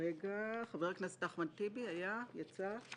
חבר הכנסת אחמד טיבי היה יצא?